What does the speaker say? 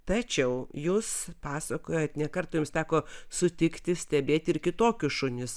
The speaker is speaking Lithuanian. tačiau jūs pasakojot ne kartą jums teko sutikti stebėti ir kitokius šunis